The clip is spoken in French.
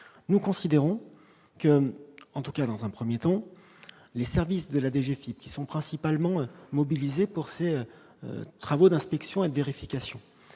nous considérons que, en tout cas dans un 1er temps, les services de la DGSI, qui sont principalement mobilisés pour ses travaux d'inspection et de vérification